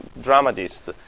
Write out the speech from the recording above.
dramatist